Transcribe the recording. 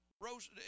Rose